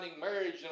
marriage